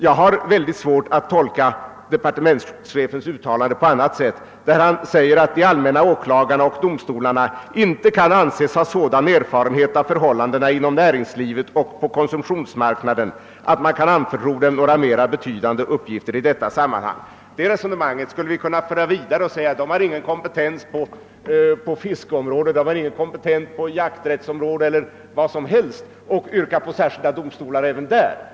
Jag har svårt att tolka departementschefens utialande på annat sätt när han säger att de allmänna åklagarna och domstolarna inte kan anses ha sådan erfarenhet av förhållandena inom näringslivet och på konsumtionsmarknaden att man kan anförtro dem några mera betydande uppgifter i detta sammanhang. Det resonemanget skulle vi kunna föra vidare och säga: De har ingen kompetens på t.ex. fiskerättsområdet. eller på jakträttsområdet. Och sedan skulle vi kunna yrka på särskilda domstolar även där.